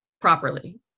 properly